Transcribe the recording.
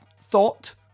thought